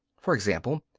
for example,